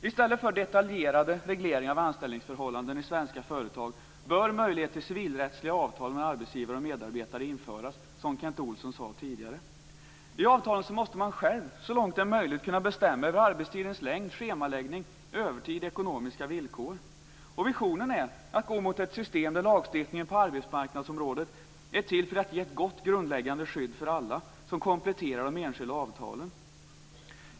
I stället för detaljerade regleringar av anställningsförhållanden i svenska företag bör möjlighet till civilrättsliga avtal mellan arbetsgivare och medarbetare införas. Det var vad Kent Olsson sade tidigare. I avtalen måste man själv så långt det är möjligt kunna bestämma över arbetstidens längd, schemaläggning, övertid och ekonomiska villkor. Visionen är att gå mot ett system där lagstiftningen på arbetsmarknadsområdet är till för att ge ett gott grundläggande skydd för alla som komplement till de enskilda avtalen.